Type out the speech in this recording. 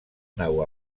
nau